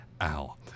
al